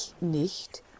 nicht